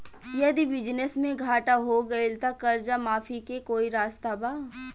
यदि बिजनेस मे घाटा हो गएल त कर्जा माफी के कोई रास्ता बा?